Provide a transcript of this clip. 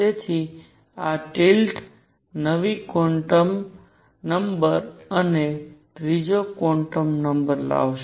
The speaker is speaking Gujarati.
તેથી આ ટિલ્ટ નવી ક્વોન્ટમ નંબર અને વધારાનો ત્રીજો ક્વોન્ટમ નંબર લાવશે